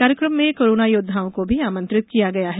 कार्यकम में कोरोना योद्वाओं को भी आमंत्रित किया गया है